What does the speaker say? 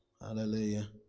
Hallelujah